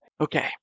Okay